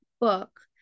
book